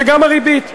וגם הריבית,